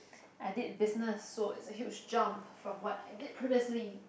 I did business so it's a huge jump from what I did previously